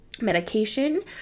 medication